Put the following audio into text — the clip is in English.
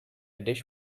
dish